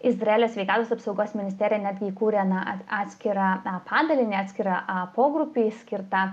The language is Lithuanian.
izraelio sveikatos apsaugos ministerija netgi įkūrė na at atskirą padalinį atskirą pogrupį skirtą